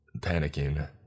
panicking